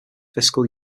fiscal